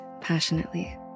passionately